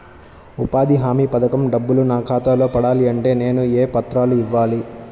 ఉపాధి హామీ పథకం డబ్బులు నా ఖాతాలో పడాలి అంటే నేను ఏ పత్రాలు ఇవ్వాలి?